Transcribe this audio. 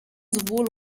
sowohl